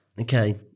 Okay